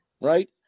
right